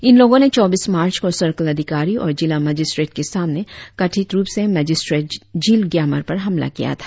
इन लोगों ने चौबीस मार्च को सर्किल अधिकारी और जिला मजिस्ट्रेट के सामने कथित रुप से मेजिस्ट्रेट जिल ग्यामर पर हमला किया था